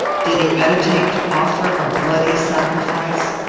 did he meditate to offer a bloody sacrifice?